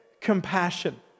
compassion